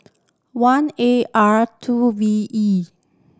one A R two V E